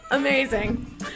Amazing